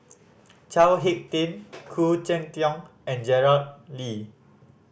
Chao Hick Tin Khoo Cheng Tiong and Gerard